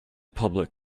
public